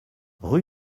rue